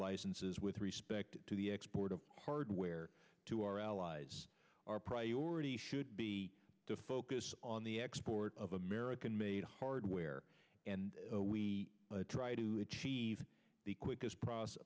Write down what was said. licenses with respect to the export of hardware to our allies our priority should be to focus on the export of american made hardware and we try to achieve the quickest process